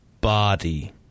body